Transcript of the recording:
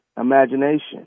imagination